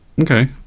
Okay